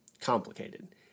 complicated